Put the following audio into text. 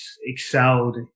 excelled